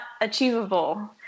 achievable